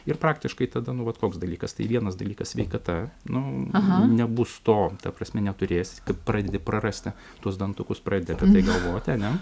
ir praktiškai tada nu vat koks dalykas tai vienas dalykas sveikata nu nebus to ta prasme neturėsi pradedi prarasti tuos dantukus pradedi apie tai galvoti a ne